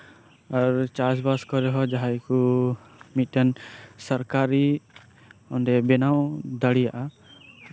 ᱪᱟᱥᱵᱟᱥ ᱠᱚᱨᱮ ᱦᱚᱸ ᱡᱟᱸᱦᱟᱭ ᱠᱚ ᱢᱤᱫᱴᱟᱱ ᱥᱚᱨᱠᱟᱨᱤ ᱵᱮᱱᱟᱣ ᱫᱟᱲᱮᱭᱟᱜᱼᱟ